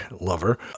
lover